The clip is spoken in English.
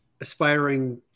aspiring